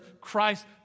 Christ